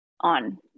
on